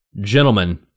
gentlemen